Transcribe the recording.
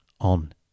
On